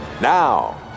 now